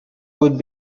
would